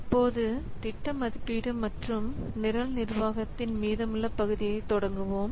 இப்போது திட்ட மதிப்பீடு மற்றும் நிரல் நிர்வாகத்தின் மீதமுள்ள பகுதியைத் தொடங்குவோம்